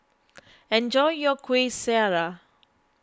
enjoy your Kueh Syara